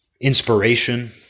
inspiration